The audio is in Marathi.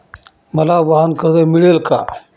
मला वाहनकर्ज मिळेल का?